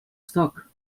stock